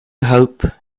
hope